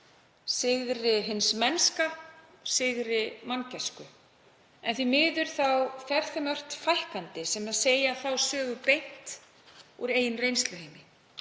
sigri hins mennska, sigri manngæsku. En því miður fer þeim ört fækkandi sem segja þá sögu beint úr eigin reynsluheimi.